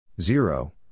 zero